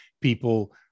people